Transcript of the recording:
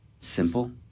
simple